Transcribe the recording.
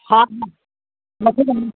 हा हा